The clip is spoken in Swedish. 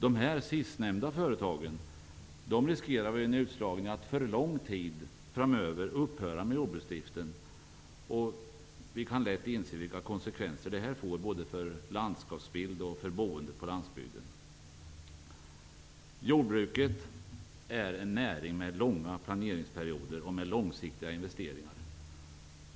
De sistnämnda företagen riskerar vid en utslagning att för lång tid framöver upphöra med jordbruksdriften, och vi kan lätt inse vilka konsekvenser det får både för landskapsbild och för boendet på landsbygden. Jordbruket är en näring med långa planeringsperioder och med långsiktiga investeringar.